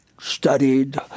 studied